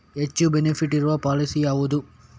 ಹೆಚ್ಚು ಬೆನಿಫಿಟ್ ಇರುವ ಪಾಲಿಸಿ ಯಾವುದು?